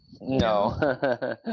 No